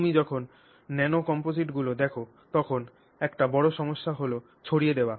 তুমি যখন ন্যানো কমপোজিটগুলি দেখ তখন একটি বড় সমস্যা হল ছড়িয়ে দেওয়া